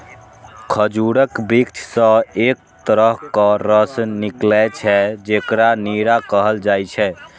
खजूरक वृक्ष सं एक तरहक रस निकलै छै, जेकरा नीरा कहल जाइ छै